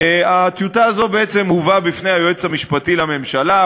הטיוטה הזאת הובאה בפני היועץ המשפטי לממשלה,